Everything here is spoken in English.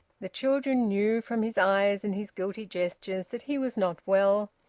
the children knew from his eyes and his guilty gestures that he was not well,